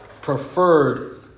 preferred